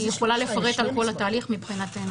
היא יכולה לפרט על כל התהליך מבחינתנו